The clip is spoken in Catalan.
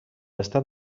estat